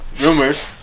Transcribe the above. Rumors